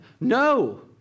No